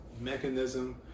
mechanism